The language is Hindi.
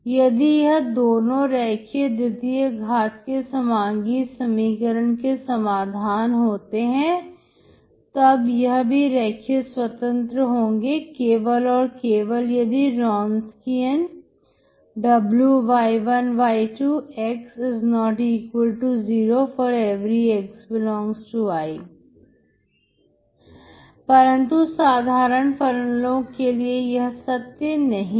यदि यह दोनों रेखीय द्वितीय घाट के समांगी समीकरण के समाधान होते हैं तब यह भी रेखीय स्वतंत्र होंगे केवल और केवल यदि Wronskian Wy1y2x≠0 ∀x∈I परंतु साधारण फलनओं के लिए यह सत्य नहीं है